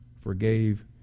forgave